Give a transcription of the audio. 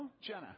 Jenna